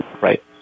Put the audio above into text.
right